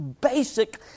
basic